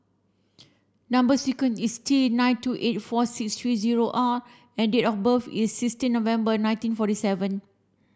number sequence is T nine two eight four six three zero R and date of birth is sixteen November nineteen forty seven